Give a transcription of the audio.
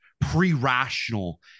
pre-rational